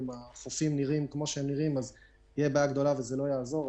אם החופים נראים כמו שהם נראים תהיה בעיה גדולה וזה לא יעזור.